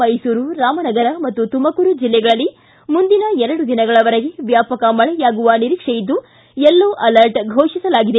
ಮೈಸೂರು ರಾಮನಗರ ಹಾಗೂ ತುಮಕೂರು ಜಿಲ್ಲೆಗಳಲ್ಲಿ ಮುಂದಿನ ಎರಡು ದಿನಗಳವರೆಗೆ ವ್ಯಾಪಕ ಮಳೆಯಾಗುವ ನಿರೀಕ್ಷೆಯಿದ್ದು ಯೆಲ್ಲೊ ಅಲರ್ಟ್ ಘೋಷಿಸಲಾಗಿದೆ